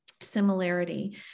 similarity